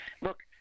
look